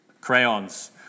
crayons